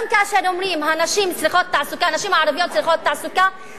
גם כאשר אומרים: נשים ערביות צריכות תעסוקה,